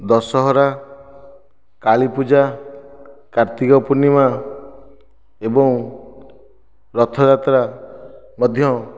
ଦଶହରା କାଳୀ ପୂଜା କାର୍ତ୍ତିକ ପୂର୍ଣ୍ଣିମା ଏବଂ ରଥ ଯାତ୍ରା ମଧ୍ୟ